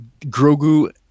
Grogu